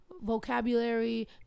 vocabulary